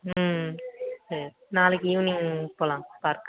ம் சரி நாளைக்கு ஈவினிங் போகலாம் பார்க்